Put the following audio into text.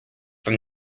from